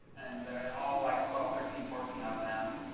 all like twelve, thirteen, fourteen of them.